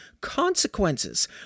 consequences